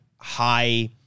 high